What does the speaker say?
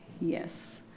Yes